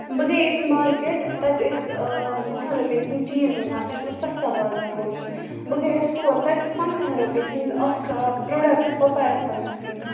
بہٕ گٔیَس مارکیٹ تَتہِ ٲسۍ وُہَن رۄپیَن ہِنٛدۍ چیٖز مِلان تَتہِ اوس سَستا بازار لوٚگمُت بہٕ گٔیَس تور تَتہِ ٲسۍ پنٛژاہَن رۄپیَن ہِنٛز اَکھ پرٛوڈَکٹ پَپایا سَنسکریٖن